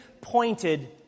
pointed